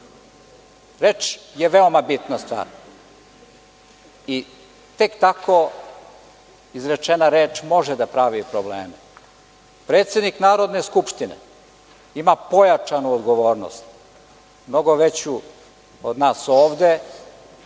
Reč je veoma bitna stvar i tek tako izrečena reč može da pravi probleme. Predsednik Narodne skupštine ima pojačanu odgovornost, mnogo veću od nas ovde,